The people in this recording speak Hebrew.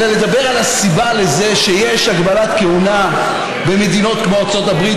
אלא לדבר על הסיבה לזה שיש הגבלת כהונה במדינות כמו ארצות הברית,